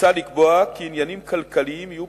מוצע לקבוע כי עניינים כלכליים יהיו